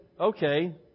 okay